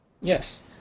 Yes